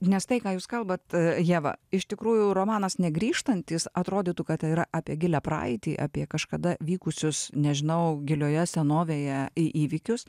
nes tai ką jūs kalbat ieva iš tikrųjų romanas negrįžtantys atrodytų kad tai yra apie gilią praeitį apie kažkada vykusius nežinau gilioje senovėje į įvykius